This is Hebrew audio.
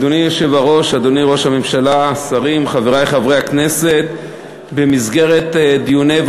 אושרה כפי שמסר אותה חבר הכנסת אילן גילאון בשם